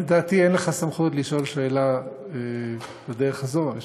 לדעתי אין לך סמכות לשאול שאלה בדרך הזאת.